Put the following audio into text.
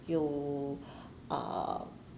you uh